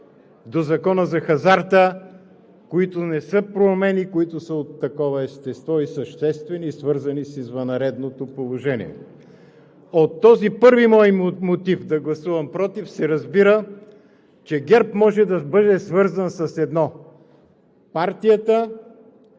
до Закона за хазарта, които не са промени от такова естество – съществени, свързани с извънредното положение. От този първи мой мотив да гласувам „против“ се разбира, че ГЕРБ може да бъде свързан с едно – партията